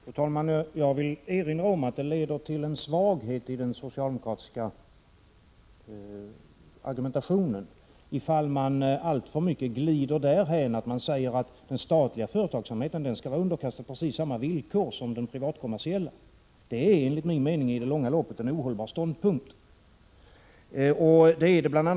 Fru talman! Jag vill erinra om att det leder till en svaghet i den socialdemokratiska argumentationen om man alltför mycket glider därhän att man säger att den statliga företagsamheten skall vara underkastad precis samma villkor som den privatkommersiella. Det är enligt min mening en ohållbar ståndpunkt i det långa loppet.